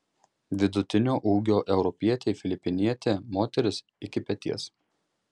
vidutinio ūgio europietei filipinietė moteris iki peties